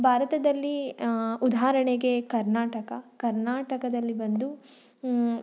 ಭಾರತದಲ್ಲಿ ಉದಾಹರಣೆಗೆ ಕರ್ನಾಟಕ ಕರ್ನಾಟಕದಲ್ಲಿ ಬಂದು